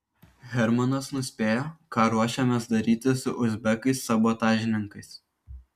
hermanas nuspėjo ką ruošiamės daryti su uzbekais sabotažininkais